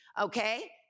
Okay